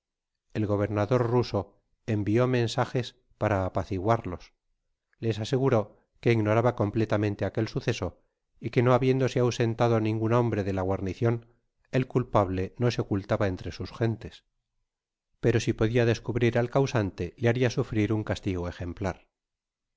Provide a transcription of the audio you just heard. el gobernador ruso envio mensajeros para p ciguarlos les aseguró que ignoraba completamente aquel suceso y que no habiéndose ausentado ningun hombre de la guarnicion el culpable no se ocultaba entre sus gentes pero si podia descubrir al causante le haria sufrir un castigo ejemplar